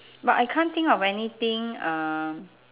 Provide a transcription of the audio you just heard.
but I can't think of anything um